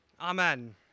Amen